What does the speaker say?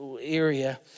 area